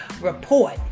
report